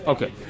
Okay